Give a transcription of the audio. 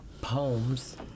poems